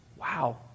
Wow